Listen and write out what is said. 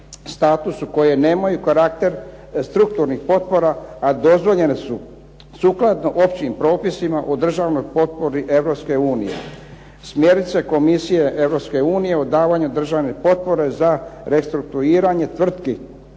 statusu koje nemaju karakter strukturnih potpora, a dozvoljene su sukladno općim propisima o državnoj potpori Europske unije, smjernice Komisije Europske unije o davanju državne potpore za restrukturiranje tvrtki